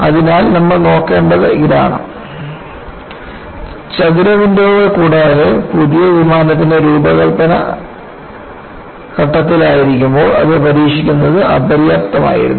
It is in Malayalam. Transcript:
അതിനാൽ നമ്മൾ നോക്കേണ്ടത് ഇതാണ് ചതുര വിൻഡോകൾ കൂടാതെ പുതിയ വിമാനത്തിന്റെ രൂപകൽപ്പന ഘട്ടത്തിലായിരിക്കുമ്പോൾ അത് പരീക്ഷിക്കുന്നത് അപര്യാപ്തമായിരുന്നു